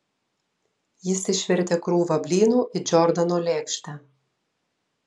jis išvertė krūvą blynų į džordano lėkštę